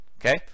Okay